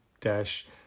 dash